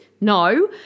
No